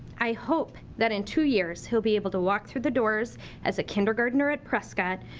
i hope that in two years, he'll be able to walk through the doors as a kindergartner at prescott.